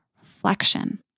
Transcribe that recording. reflection